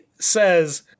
says